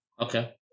Okay